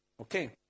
Okay